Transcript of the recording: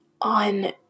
on